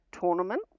tournament